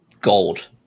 gold